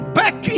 back